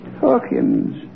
Hawkins